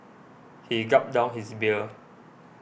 he gulped down his beer